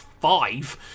five